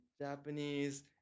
Japanese